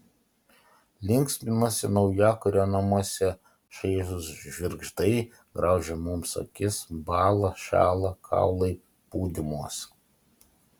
linksminasi naujakurio namuose šaižūs žvirgždai graužia mums akis bąla šąla kaulai pūdymuos